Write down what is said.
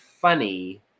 funny